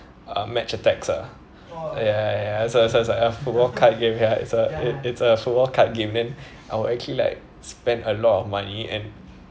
uh Match Attax ah ya ya so so it's like a football card game ya it's a it's a football card game then I will actually like spend a lot of money and